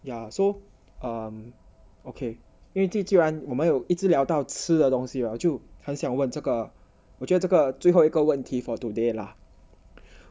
ya so err okay 因为既然我们有一直聊到吃的东西 lah 就很想问这个我觉得这个最后一个问题 for today lah